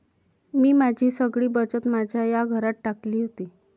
मी माझी सगळी बचत माझ्या या घरात टाकली होती